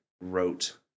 wrote